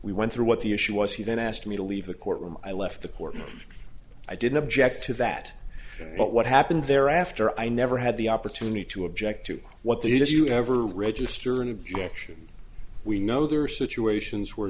we went through what the issue was he then asked me to leave the courtroom i left the court i didn't object to that but what happened thereafter i never had the opportunity to object to what these if you ever register an objection we know there are situations where